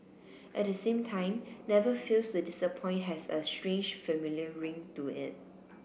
at the same time never fails to disappoint has a strange familiar ring to it